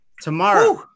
tomorrow